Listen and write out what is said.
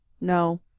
No